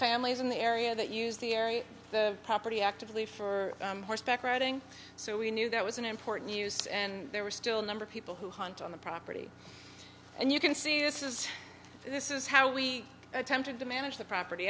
families in the area that use the area of the property actively for horseback riding so we knew that was an important use and there were still number people who hunt on the property and you can see this is this is how we attempted to manage the property